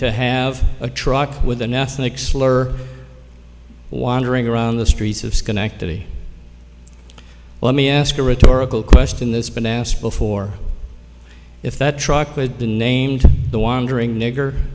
to have a truck with an ethnic slur wandering around the streets of schenectady let me ask a rhetorical question that's been asked before if that truck with the name to the wandering nigger